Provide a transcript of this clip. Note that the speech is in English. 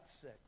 sick